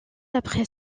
après